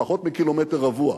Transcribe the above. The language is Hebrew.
פחות מקילומטר רבוע,